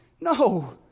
No